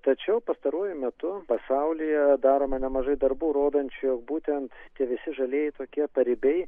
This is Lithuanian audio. tačiau pastaruoju metu pasaulyje daroma nemažai darbų rodančių jog būtent tie visi žaidėjai tokie paribiai